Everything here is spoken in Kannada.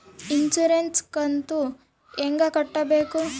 ಇನ್ಸುರೆನ್ಸ್ ಕಂತು ಹೆಂಗ ಕಟ್ಟಬೇಕು?